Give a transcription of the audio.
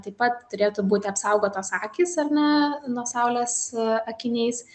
taip pat turėtų būti apsaugotos akys ar ne nuo saulės akiniais